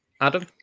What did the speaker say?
Adam